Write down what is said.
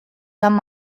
some